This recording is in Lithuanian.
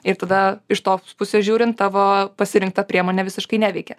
ir tada iš tos pusės žiūrint tavo pasirinkta priemonė visiškai neveikia